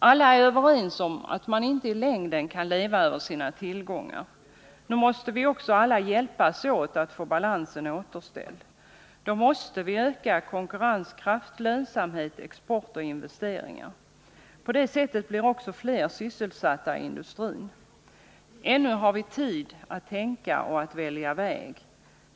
Alla är överens om att man inte i längden kan leva över sina tillgångar. Nu måste vi också alla hjälpas åt att få balansen återställd. Då måste vi öka konkurrenskraft, lönsamhet, export och investeringar. På det sättet blir också fler sysselsatta i industrin. Ännu har vi tid att tänka och att välja väg.